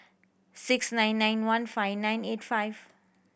six nine nine one five nine eight five